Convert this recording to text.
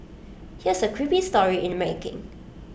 here's A creepy story in the making